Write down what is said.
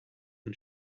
and